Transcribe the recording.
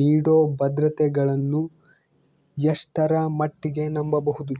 ನೇಡೋ ಭದ್ರತೆಗಳನ್ನು ಎಷ್ಟರ ಮಟ್ಟಿಗೆ ನಂಬಬಹುದು?